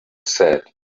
said